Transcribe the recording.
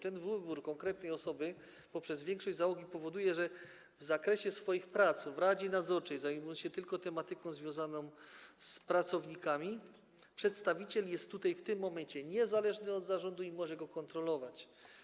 Ten wybór konkretnej osoby poprzez większość załogi powoduje, że w zakresie swoich prac w radzie nadzorczej, zajmując się tylko tematyką związaną z pracownikami, przedstawiciel jest tutaj w tym momencie niezależny od zarządu i może go kontrolować.